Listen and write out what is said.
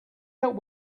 out